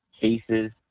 cases